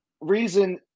reason